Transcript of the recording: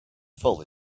full